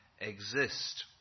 exist